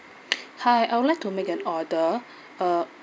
hi I would like to make an order uh